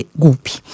gupi